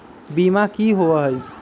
बीमा की होअ हई?